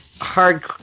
hard